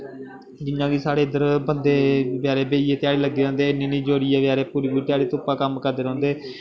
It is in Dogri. जियां कि साढ़े इद्धर बंदे बचैरे भेइये ध्याड़ी लग्गे दे होंदे इन्नी इन्नी जोरियै बेचारे पूरी पूरी ध्याड़ी धुप्पा कम्म करदे रौंह्दे